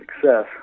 success